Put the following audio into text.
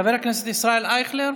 חבר הכנסת ישראל אייכלר,